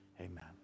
amen